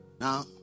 Now